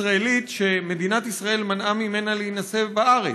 ישראלית שמדינת ישראל מנעה ממנה להינשא בארץ.